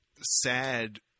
sad –